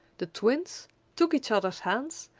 the twins took each other's hands,